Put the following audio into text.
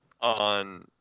on